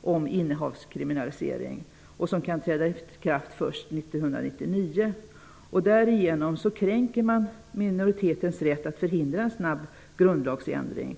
om innehavskriminalisering, vilket kan träda i kraft först 1999. Därigenom kränker man minoritetens rätt att förhindra en snabb grundlagsändring.